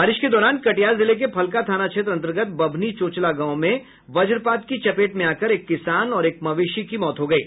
बारिश के दौरान कटिहार जिले के फलका थाना क्षेत्र अन्तर्गत बभनी चोचला गांव में वज्रपात की चपेट में आकर एक किसान और एक मवेशी की मौत हो गयी